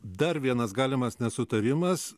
dar vienas galimas nesutarimas